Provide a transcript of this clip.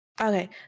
Okay